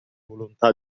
volontà